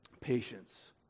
patience